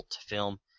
film